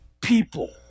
people